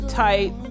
tight